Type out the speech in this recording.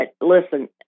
listen